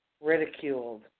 ridiculed